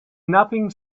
nothing